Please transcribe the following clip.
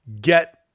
get